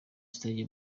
stage